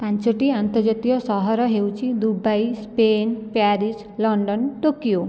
ପାଞ୍ଚଟି ଆନ୍ତର୍ଜାତୀୟ ସହର ହେଉଛି Dubai Spain Paris London Tokyo